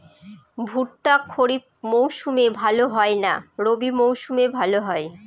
ভুট্টা খরিফ মৌসুমে ভাল হয় না রবি মৌসুমে ভাল হয়?